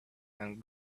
and